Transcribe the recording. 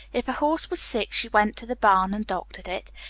if a horse was sick, she went to the barn and doctored it.